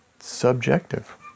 subjective